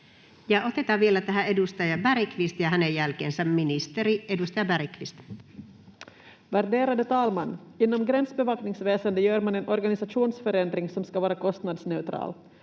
otetaan vielä tähän edustaja Bergqvist ja hänen jälkeensä ministeri. — Edustaja Bergqvist. Värderade talman! Inom Gränsbevakningsväsendet gör man en organisationsförändring som ska vara kostnadsneutral.